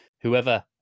Whoever